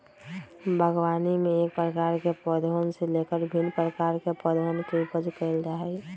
बागवानी में एक प्रकार के पौधवन से लेकर भिन्न प्रकार के पौधवन के उपज कइल जा हई